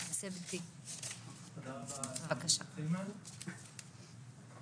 תודה רבה חברת הכנסת